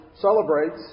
celebrates